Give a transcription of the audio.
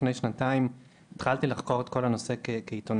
לפני שנתיים אני התחלתי לחקור את כל הנושא כעיתונאי